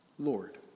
Lord